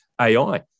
AI